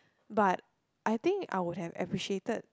but I think I would had appreciated